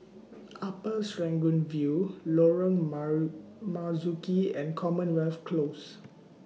Upper Serangoon View Lorong Marzuki and Commonwealth Close